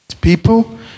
people